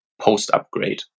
post-upgrade